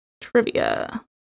Trivia